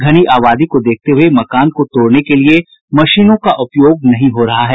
घनी आबादी को देखते हुए मकान को तोड़ने के लिए मशीनों का उपयोग नहीं हो रहा है